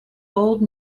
old